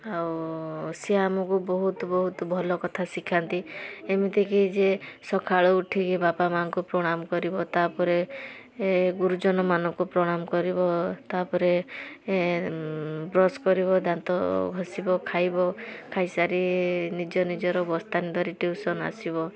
ଆଉ ସିଏ ଆମୁକୁ ବହୁତ ବହୁତ ଭଲ କଥା ଶିଖାନ୍ତି ଏମିତି କି ଯିଏ ସକାଳୁ ଉଠିକି ବାପା ମା'ଙ୍କୁ ପ୍ରଣାମ କରିବ ତା'ପରେ ଗୁରୁଜନମାନଙ୍କୁ ପ୍ରଣାମ କରିବ ତା'ପରେ ବ୍ରସ୍ କରିବ ଦାନ୍ତ ଘଷିବ ଖାଇବ ସାରି ନିଜ ନିଜର ବସ୍ତାନି ଧରି ଟ୍ୟୁସନ୍ ଆସିବ